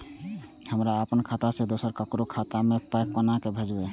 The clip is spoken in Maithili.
हमरा आपन खाता से दोसर ककरो खाता मे पाय कोना भेजबै?